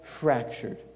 Fractured